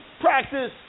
Practice